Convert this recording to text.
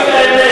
אתם פשוט טועים.